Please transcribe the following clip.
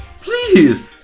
Please